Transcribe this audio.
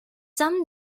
some